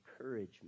encouragement